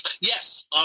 Yes